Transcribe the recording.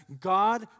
God